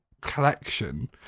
collection